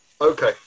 Okay